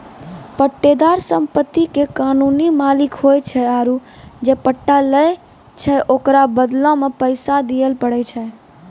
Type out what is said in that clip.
पट्टेदार सम्पति के कानूनी मालिक होय छै आरु जे पट्टा लै छै ओकरो बदला मे पैसा दिये पड़ै छै